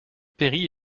perry